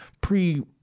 pre